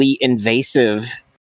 invasive